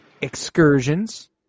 excursions